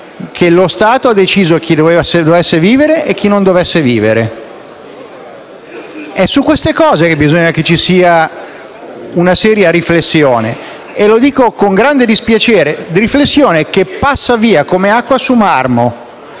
che lo Stato decidesse chi dovesse vivere e chi non dovesse vivere. Su queste cose bisogna che ci sia una seria riflessione e lo dico con grande dispiacere, perché è una riflessione che scivola via come acqua sul marmo.